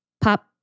Pop